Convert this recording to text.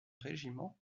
régiment